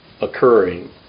occurring